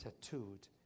tattooed